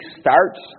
starts